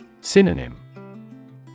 Synonym